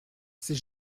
c’est